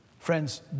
Friends